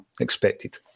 expected